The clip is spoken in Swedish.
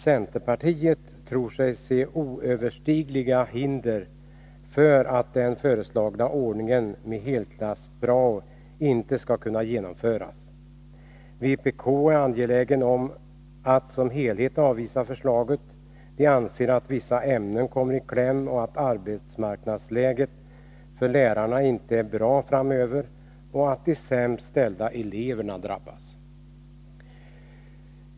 Centerpartiet tror sig se oöverstigliga hinder för att den föreslagna ordningen med helklassprao skall kunna genomföras. Vpk är angeläget om att avvisa förslaget i dess helhet. Man anser att vissa ämnen kommer i kläm, att arbetsmarknadsläget för lärarna inte är bra framöver och att de sämst ställda eleverna drabbas.